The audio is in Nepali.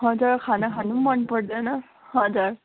हजुर खाना खानु पनि मन पर्दैन हजुर